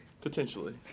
Potentially